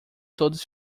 todos